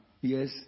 Yes